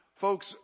Folks